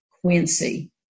Quincy